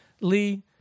Lee